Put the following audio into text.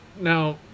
now